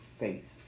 Faith